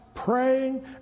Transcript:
Praying